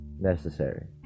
necessary